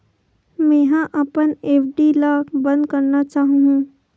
मेंहा अपन एफ.डी ला बंद करना चाहहु